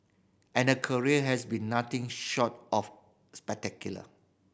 and career has been nothing short of spectacular